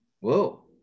Whoa